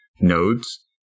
nodes